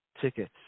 tickets